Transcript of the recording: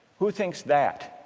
who thinks that?